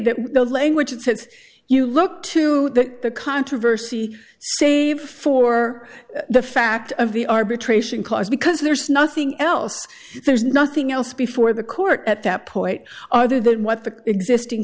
that the language it's you look to the controversy save for the fact of the arbitration clause because there's nothing else there's nothing else before the court at that point other than what the existing